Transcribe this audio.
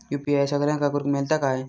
UPI सगळ्यांना करुक मेलता काय?